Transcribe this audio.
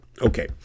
Okay